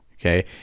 okay